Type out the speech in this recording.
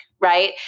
right